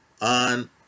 on